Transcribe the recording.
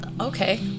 Okay